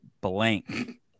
blank